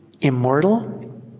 immortal